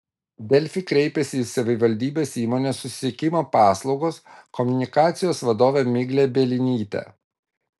delfi kreipėsi į savivaldybės įmonės susisiekimo paslaugos komunikacijos vadovę miglę bielinytę